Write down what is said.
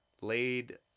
laid